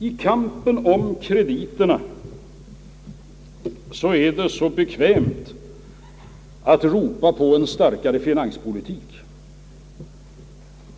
I kampen om krediterna är det så bekvämt att ropa på en starkare finanspolitik.